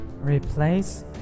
Replace